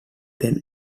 then